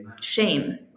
shame